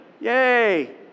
Yay